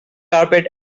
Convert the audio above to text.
carpet